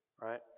right